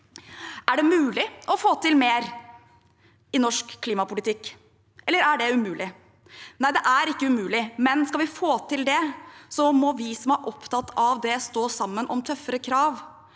Er det mulig å få til mer i norsk klimapolitikk, eller er det umulig? Det er ikke umulig, men skal vi få det til, må vi som er opptatt av det, stå sammen om tøffere krav.